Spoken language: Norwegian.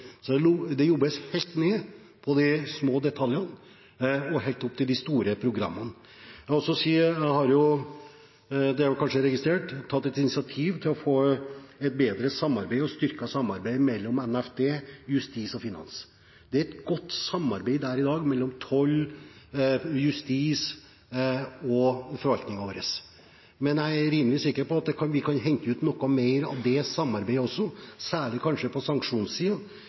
Så det jobbes helt ned til de små detaljene, og helt opp til de store programmene. Jeg har – det er kanskje registrert – tatt et initiativ til å få et bedre og styrket samarbeid mellom NFD, Justisdepartementet og Finansdepartementet. Det er et godt samarbeid der i dag mellom toll, justis og forvaltningen vår. Men jeg er rimelig sikker på at vi kan hente ut noe mer av det samarbeidet også, kanskje særlig på sanksjonssiden, for det er kanskje